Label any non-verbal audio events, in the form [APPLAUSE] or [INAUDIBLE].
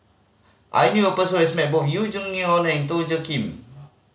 I knew a person who has met both You Jin [UNINTELLIGIBLE] and Ton Joe Kim